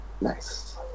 Nice